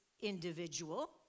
individual